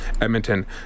Edmonton